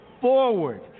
forward